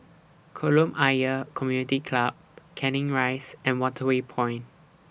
Kolam Ayer Community Club Canning Rise and Waterway Point